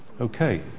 Okay